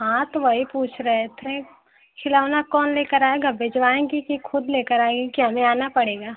हाँ तो वही पूछ रहे थे खिलौना कौन लेकर आएगा भेजवाएँगी कि खुद लेकर आइए कि हमें आना पड़ेगा